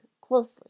closely